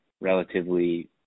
relatively